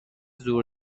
زور